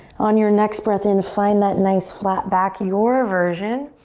on your next breath in find that nice flat back, your version.